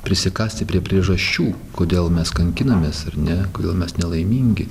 prisikasti prie priežasčių kodėl mes kankinamės ar ne kodėl mes nelaimingi